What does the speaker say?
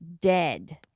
dead